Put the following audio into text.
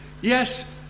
yes